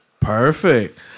perfect